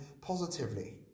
positively